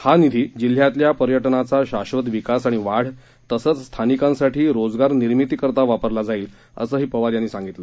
हा निधी जिल्ह्यातल्या पर्यटनाचा शाश्वत विकास आणि वाढ तसंच स्थानिकांसाठी रोजगार निर्मितीकरता वापरला जाईल असं पवार यांनी सांगितलं